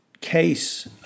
case